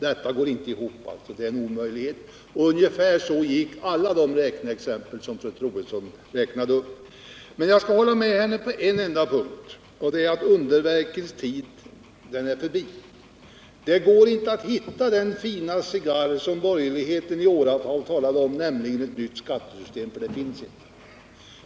Detta går inte ihop, det är en omöjlighet. Ungefär så gick det till i alla de räkneexempel som fru Troedsson tog upp. Jag skall emellertid hålla med henne på en enda punkt, nämligen att underverkens tid är förbi. Det går inte att hitta den fina cigarr som borgerligheten i åratal talat om, nämligen ett nytt skattesystem.